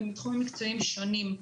ומתחומים מקצועיים שונים.